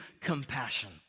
compassion